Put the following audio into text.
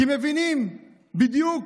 כי מבינים בדיוק